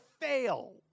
fail